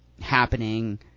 happening